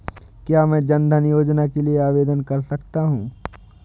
क्या मैं जन धन योजना के लिए आवेदन कर सकता हूँ?